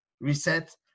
reset